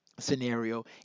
scenario